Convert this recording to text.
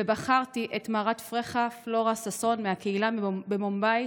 ובחרתי את מרת פרחה פלורה ששון מהקהילה במומביי,